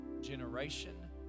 generation